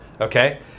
okay